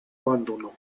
abandonó